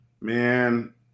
Man